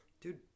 dude